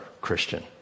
Christian